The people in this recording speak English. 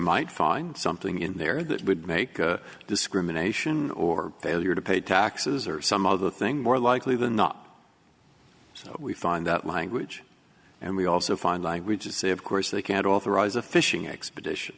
might find something in there that would make discrimination or failure to pay taxes or some other thing more likely than not so we find that language and we also find languages they of course they can't authorize a fishing expedition